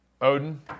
Odin